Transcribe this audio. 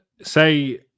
Say